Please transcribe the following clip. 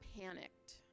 panicked